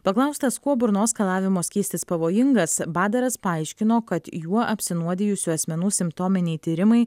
paklaustas kuo burnos skalavimo skystis pavojingas badaras paaiškino kad juo apsinuodijusių asmenų simptominiai tyrimai